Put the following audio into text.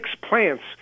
plants